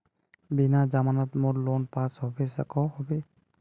बिना जमानत मोर लोन पास होबे सकोहो होबे?